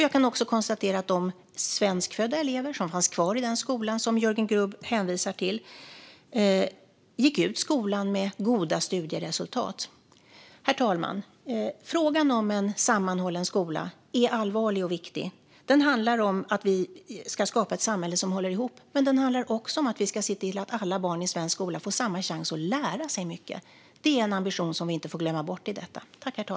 Jag kan vidare konstatera att de svenskfödda elever som fanns kvar i den skola Jörgen Grubb hänvisar till gick ut skolan med goda studieresultat. Herr talman! Frågan om en sammanhållen skola är allvarlig och viktig. Den handlar om att vi ska skapa ett samhälle som håller ihop, men den handlar också om att vi ska se till att alla barn i svensk skola får samma chans att lära sig mycket. Det är en ambition vi inte får glömma bort i detta.